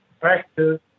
practice